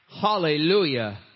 Hallelujah